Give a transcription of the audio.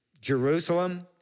Jerusalem